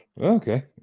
Okay